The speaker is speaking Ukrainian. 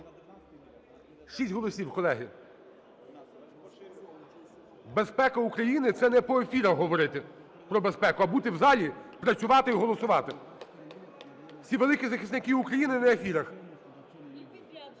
Шість голосів, колеги. Безпека України – це не по ефірах говорити про безпеку, а бути в залі, працювати і голосувати. Всі великі захисники України на ефірах.